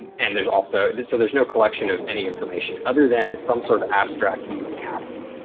and there's also so, there's no collection of any information other than some sort of abstract meeting happened.